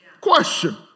Question